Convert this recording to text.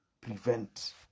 prevent